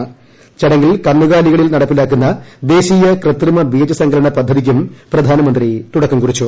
് ചടങ്ങിൽ കന്നുകാലികളിൽ നടപ്പിലാക്കുന്ന ദേശീയ കൃത്രിമ ബീജസങ്കലന പദ്ധതിക്കും പ്രധാനമന്ത്രി തുടക്കം കുറിച്ചു